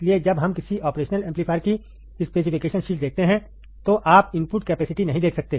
इसलिए जब हम किसी ऑपरेशनल एम्पलीफायर की स्पेसिफिकेशन शीट देखते हैं तो आप इनपुट कैपेसिटी नहीं देख सकते